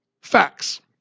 Facts